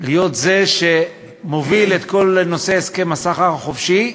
להיות זה שמוביל את כל נושא הסכם הסחר החופשי,